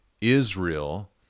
Israel